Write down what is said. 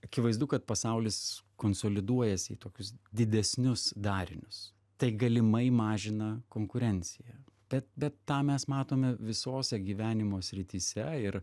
akivaizdu kad pasaulis konsoliduojasi į tokius didesnius darinius tai galimai mažina konkurenciją bet bet tą mes matome visose gyvenimo srityse ir